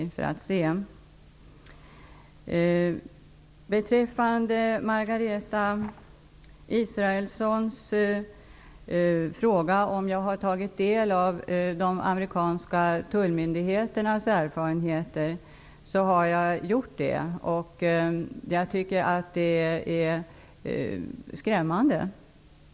Beträffande Margareta Israelssons fråga om jag har tagit del av de amerikanska tullmyndigheternas erfarenheter, vill jag säga att jag har gjort det. Jag tycker att de är skrämmande.